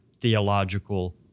theological